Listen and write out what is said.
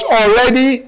already